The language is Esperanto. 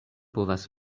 povas